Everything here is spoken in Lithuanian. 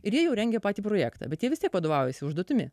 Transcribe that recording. ir jie jau rengė patį projektą bet vis tiek vadovaujasi užduotimi